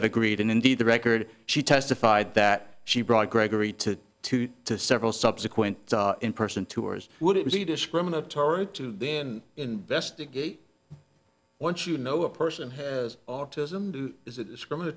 have agreed and indeed the record she testified that she brought gregory to two to several subsequent in person to ours would it be discriminatory to then investigate once you know a person has autism is